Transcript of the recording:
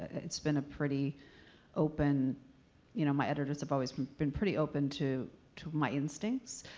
it's been a pretty open you know, my editors have always been pretty open to to my instincts.